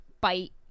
bite